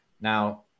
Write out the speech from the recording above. now